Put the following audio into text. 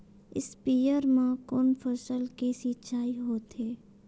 स्पीयर म कोन फसल के सिंचाई होथे?